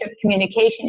communication